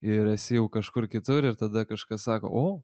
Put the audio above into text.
ir esi jau kažkur kitur ir tada kažkas sako o